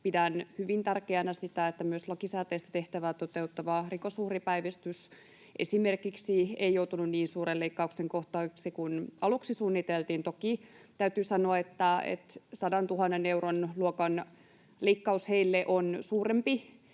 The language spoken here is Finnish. Pidän hyvin tärkeänä sitä, että myös lakisääteistä tehtävää toteuttava Rikosuhripäivystys esimerkiksi ei joutunut niin suuren leikkauksen kohteeksi kuin aluksi suunniteltiin. Toki täytyy sanoa, että 100 000 euron luokan leikkaus on heille